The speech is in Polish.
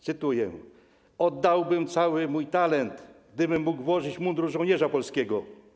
Cytuję: Oddałbym cały mój talent, gdybym mógł włożyć mundur żołnierza polskiego.